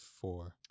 four